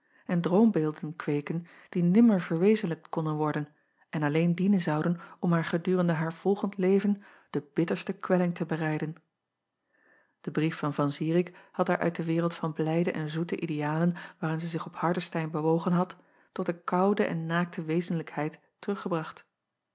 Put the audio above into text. en droombeelden kweeken die nimmer verwezenlijkt konnen worden en alleen dienen zouden om haar gedurende haar volgend leven de bitterste kwelling te bereiden e brief van an irik had haar uit de wereld van blijde en zoete idealen waarin zij zich op ardestein bewogen had tot de koude en naakte wezenlijkheid teruggebracht